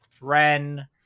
Ren